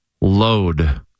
load